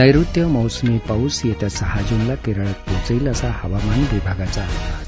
नैऋत्य मोसमी पाऊस येत्या सहा जूनला केरळात पोहोचेल असा हवामान विभागाचा अंदाज